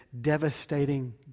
devastating